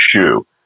shoe